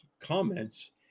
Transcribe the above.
comments